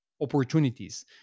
opportunities